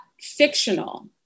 fictional